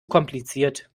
kompliziert